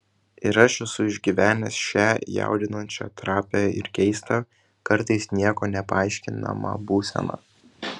ir aš esu išgyvenęs šią jaudinančią trapią ir keistą kartais niekuo nepaaiškinamą būseną